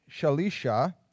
Shalisha